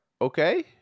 Okay